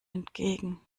entgegen